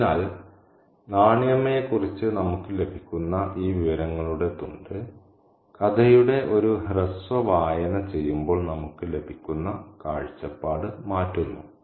അതിനാൽ നാണി അമ്മയെക്കുറിച്ച് നമുക്ക് ലഭിക്കുന്ന ഈ വിവരങ്ങളുടെ തുണ്ട് കഥയുടെ ഒരു ഹ്രസ്വ വായന ചെയ്യുമ്പോൾ നമുക്ക് ലഭിക്കുന്ന കാഴ്ചപ്പാട് മാറ്റുന്നു